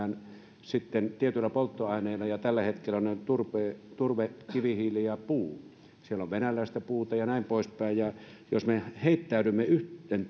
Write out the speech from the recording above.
maakunnissa missä lämmitetään tietyillä polttoaineilla ja tällä hetkellä ne ovat turve kivihiili ja puu siellä on venäläistä puuta ja näin poispäin jos me heittäydymme yhden